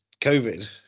COVID